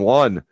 one